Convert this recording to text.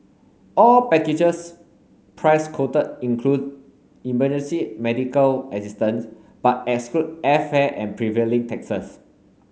all packages price quoted include emergency medical assistance but exclude airfare and prevailing taxes